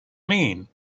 mean